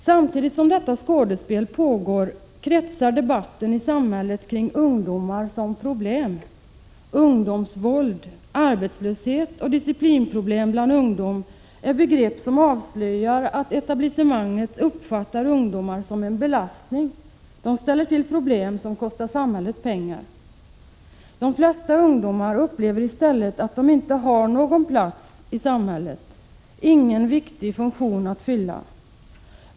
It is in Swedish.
Samtidigt som detta skådespel pågår kretsar debatten i samhället kring ungdomar som ett problem. Ungdomsvåld, arbetslöshet och disciplinproblem bland ungdom är begrepp som avslöjar att etablissemanget uppfattar ungdomar som en belastning. De ställer till problem som kostar samhället pengar. De flesta ungdomar upplever i stället att de inte har någon plats i samhället, ingen viktig funktion att fylla.